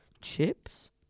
Chips